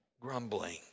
grumbling